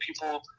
people